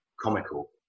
comical